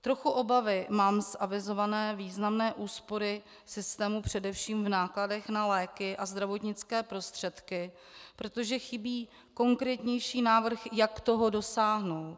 Trochu obavy mám z avizované významné úspory systému především v nákladech na léky a zdravotnické prostředky, protože chybí konkrétnější návrh, jak toho dosáhnout.